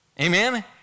Amen